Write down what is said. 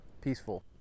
peaceful